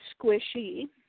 Squishy